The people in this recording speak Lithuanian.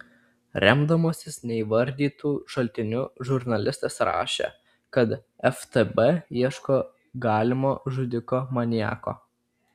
remdamasis neįvardytu šaltiniu žurnalistas rašė kad ftb ieško galimo žudiko maniako